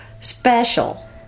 special